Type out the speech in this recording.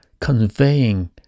conveying